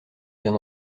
bien